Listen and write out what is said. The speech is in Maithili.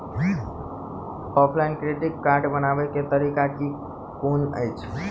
ऑफलाइन क्रेडिट कार्ड बनाबै केँ तरीका केँ कुन अछि?